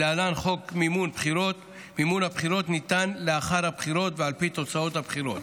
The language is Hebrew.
מימון הבחירות ניתן לאחר הבחירות ועל פי תוצאות הבחירות.